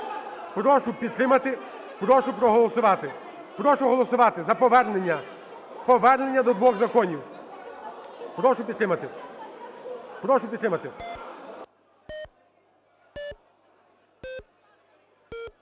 Прошу підтримати. Прошу проголосувати. Прошу голосувати за повернення, повернення до двох законів. Прошу підтримати.